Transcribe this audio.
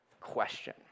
question